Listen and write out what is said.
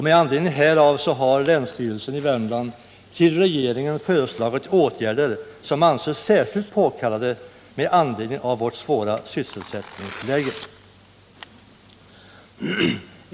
Med anledning härav har länsstyrelsen i Värmland vänt sig till regeringen och föreslagit åtgärder som anses särskilt påkallade till följd av vårt svåra sysselsättningsläge.